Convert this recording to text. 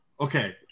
Okay